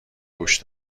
گوش